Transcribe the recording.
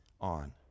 on